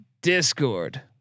discord